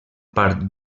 part